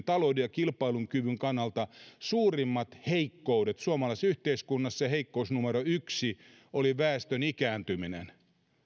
talouden ja kilpailukyvyn kannalta suurimmat heikkoudet suomalaisessa yhteiskunnassa ja se heikkous numero yksi oli väestön ikääntyminen